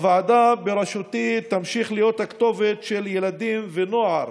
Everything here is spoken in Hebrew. הוועדה בראשותי תמשיך להיות הכתובת של ילדים ונוער